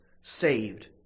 Saved